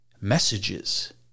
messages